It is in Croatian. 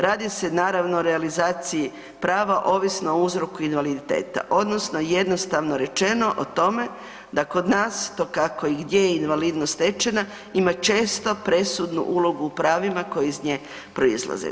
Radi se naravno, o realizaciji prava ovisno o uzroku invaliditeta, odnosno jednostavno rečeno o tome, da kod nas, to kako i gdje je invalidnost stečena, ima često presudnu ulogu u pravima koji iz nje proizlaze.